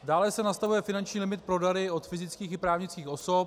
Dále se nastavuje finanční limit pro dary od fyzických i právnických osob.